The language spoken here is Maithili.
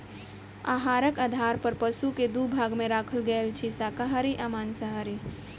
आहारक आधार पर पशु के दू भाग मे राखल गेल अछि, शाकाहारी आ मांसाहारी